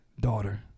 Daughter